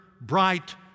bright